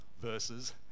verses